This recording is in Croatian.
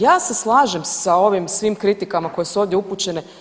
Ja se slažem sa ovim svim kritikama koje su ovdje upućene.